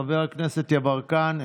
חבר הכנסת יברקן,